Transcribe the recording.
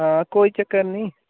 हां कोई चक्कर नी